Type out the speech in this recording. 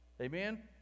Amen